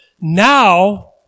Now